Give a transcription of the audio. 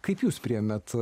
kaip jūs priėmėt